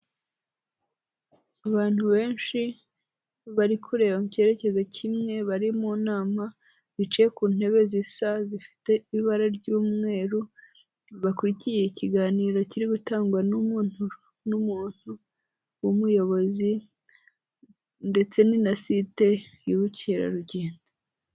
Abantu benshi, bari kureba mu icyerekezo kimwe, bari mu nama, bicaye ku ntebe zisa, zifite ibara ry'umweru, bakurikiye ikiganiro, kiri gutangwa n'umuntu w'umuyobozi, ndetse ni na site y'ubukerarugendo.